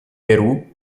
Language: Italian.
perù